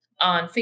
on